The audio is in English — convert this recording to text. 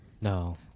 No